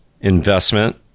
investment